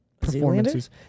performances